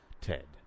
Ted